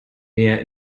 mehr